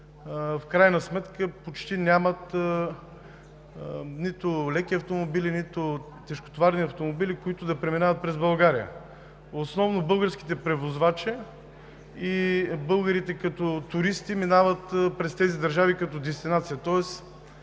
в крайна сметка почти нямат – нито леки, нито тежкотоварни автомобили, които да преминават през България. Основно българските превозвачи и българите като туристи минават през тези държави като дестинация.